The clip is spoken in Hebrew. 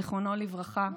זיכרונו לברכה,